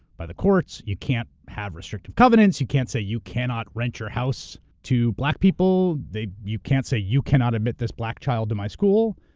by the courts. you can't have restrictive covenants, you can't say you cannot rent your house to black people, you can't say you cannot admit this black child in my school.